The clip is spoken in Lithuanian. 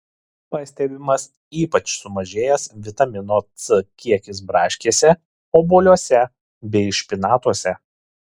pastebimas ypač sumažėjęs vitamino c kiekis braškėse obuoliuose bei špinatuose